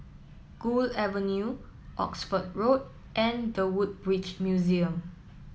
Gul Avenue Oxford Road and The Woodbridge Museum